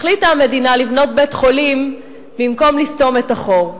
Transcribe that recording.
החליטה המדינה לבנות בית-חולים במקום לסתום את החור.